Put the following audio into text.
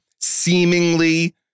seemingly